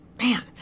Man